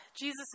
Jesus